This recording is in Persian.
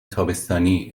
تابستانی